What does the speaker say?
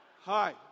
Hi